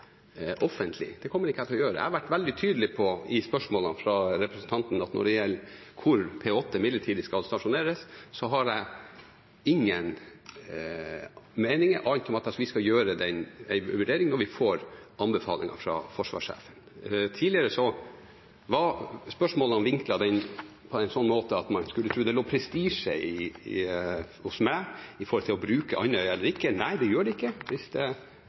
vært veldig tydelig på at når det gjelder hvor P8-flyene skal stasjoneres midlertidig, har jeg ingen meninger, annet enn at vi skal foreta den vurderingen når vi får anbefalingen fra forsvarssjefen. Tidligere var spørsmålene vinklet på en slik måte at man skulle tro det lå prestisje hos meg i spørsmålet om å bruke Andøya eller ikke, men nei, det gjør det ikke. Hvis Forsvaret anbefaler det, legger jeg ingen prestisje i det, men vi kommer selvfølgelig til å foreta vurderinger av den anbefalingen som kommer. Luftforsvaret har levert det